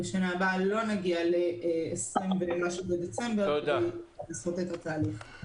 בשנה הבאה לא נגיע ל-20 ומשהו בדצמבר כדי לעשות את התהליך.